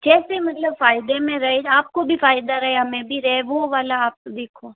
कैसे मतलब फायदे में रहे आपको भी फायदा रहे हमें भी रहे वो वाला आप देखो